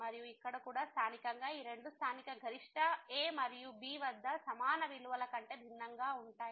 మరియు ఇక్కడ కూడా స్థానికంగా ఈ రెండు స్థానిక గరిష్టం a మరియు b వద్ద సమాన విలువ కంటే భిన్నంగా ఉంటాయి